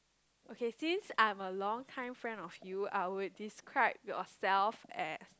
okay since I'm a long time friend of you I would describe yourself as